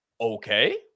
okay